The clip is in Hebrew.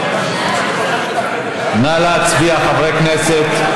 נא להצביע, חברי הכנסת.